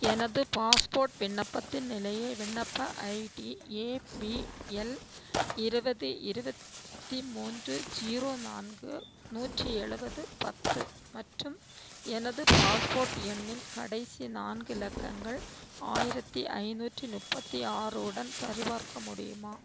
எனது பாஸ்போர்ட் விண்ணப்பத்தின் நிலையை விண்ணப்ப ஐடி ஏபிஎல் இருபது இருபத்தி மூன்று ஜீரோ நான்கு நூற்றி எழுவது பத்து மற்றும் எனது பாஸ்போர்ட் எண்ணின் கடைசி நான்கு இலக்கங்கள் ஆயிரத்தி ஐந்நூற்றி முப்பத்தி ஆறுடன் சரிபார்க்க முடியுமா